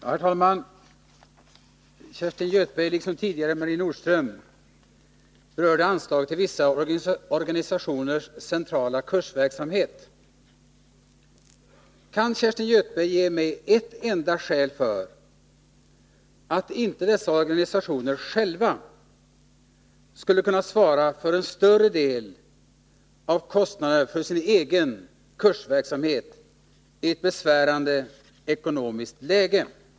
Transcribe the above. Herr talman! Kerstin Göthberg liksom tidigare Marie Nordström berörde anslaget till vissa organisationers centrala kursverksamhet. Kan Kerstin Göthberg ge mig ett enda skäl till att inte dessa organisationer själva skulle kunna svara för en större del av kostnaden för sin egen kursverksamhet i ett besvärande ekonomiskt läge?